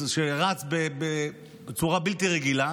שרץ בצורה בלתי רגילה,